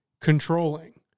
controlling